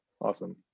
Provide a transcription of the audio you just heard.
Awesome